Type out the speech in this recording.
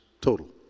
total